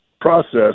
process